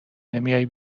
نمیای